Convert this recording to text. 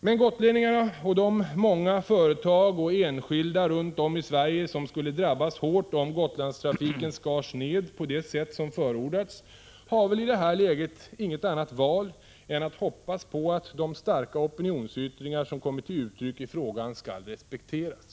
Men gotlänningarna och de många företag och enskilda runt om i Sverige som skulle drabbas hårt om Gotlandstrafiken skars ned på det sätt som 149 förordats har väl i det här läget inget annat val än att hoppas på att de starka opinionsyttringar som kommit till uttryck i frågan skall respekteras.